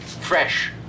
Fresh